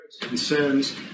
concerns